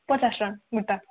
ପଚାଶଟଙ୍କା ଗୋଟା